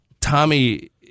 Tommy